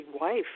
wife